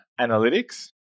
Analytics